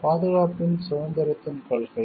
பாதுகாப்பின் சுதந்திரத்தின் கொள்கை